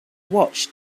watched